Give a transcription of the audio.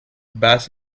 bas